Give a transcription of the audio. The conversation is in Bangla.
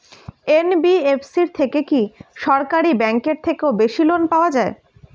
এন.বি.এফ.সি থেকে কি সরকারি ব্যাংক এর থেকেও বেশি লোন পাওয়া যায়?